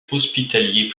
hospitalier